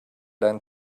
than